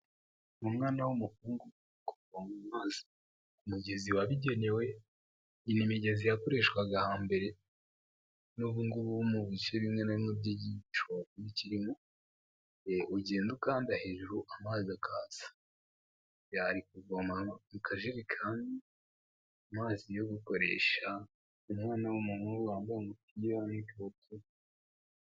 Umwana w'umuhungu mugezi wabigenewe yina imigezi yakoreshwaga hambere n'ubungubu mu bice bimwe bimwe by'igico bikiririmo ugenda ukanda hejuru amazi akaza byari kuvoma mu kajerekani amazi yo gukoresha umwana w'umuhungu wabonye umupinike.